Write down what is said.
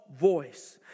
voice